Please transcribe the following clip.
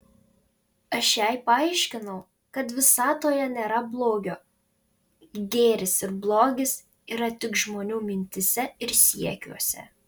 aš jai paaiškinau kad visatoje nėra blogio gėris ir blogis yra tik žmonių mintyse ir siekiuose